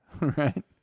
Right